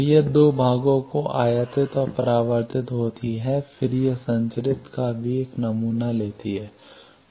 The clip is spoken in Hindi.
तो यह दो भागों की आयातित और परावर्तित होती है और फिर यह संचरित का भी एक नमूना लेती है